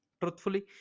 truthfully